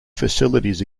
facilities